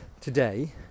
today